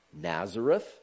Nazareth